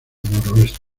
noroeste